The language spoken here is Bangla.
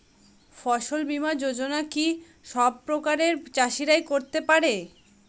ফসল বীমা যোজনা কি সব প্রকারের চাষীরাই করতে পরে?